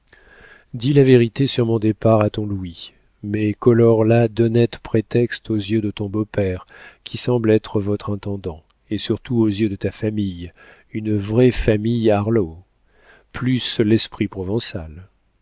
la vérité sur mon départ à ton louis mais colore la d'honnêtes prétextes aux yeux de ton beau-père qui semble être votre intendant et surtout aux yeux de ta famille une vraie famille harlowe plus l'esprit provençal